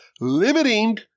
limiting